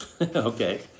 Okay